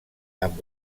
amb